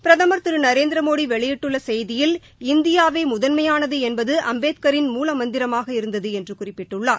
பிரதமர் திரு நரேந்திர மோடி வெளியிட்டுள்ள செய்தியில் இந்தியாவே முதன்மையானது என்பது அம்பேத்கரின் மூலமந்திரமாக இருந்தது என்று குறிப்பிட்டுள்ளார்